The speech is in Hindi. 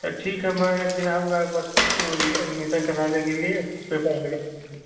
तो ठीक है मैं एक दिन आऊँगा एडमिसन करवाने के लिये फिर